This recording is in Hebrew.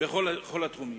בכל התחומים.